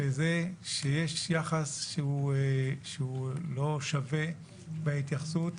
שיש יחס שהוא לא שווה בהתייחסות